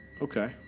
Okay